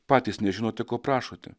patys nežinote ko prašote